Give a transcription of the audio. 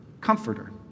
comforter